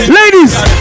Ladies